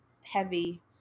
heavy